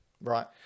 Right